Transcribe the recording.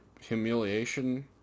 humiliation